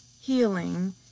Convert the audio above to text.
Healing